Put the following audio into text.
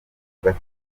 gatatu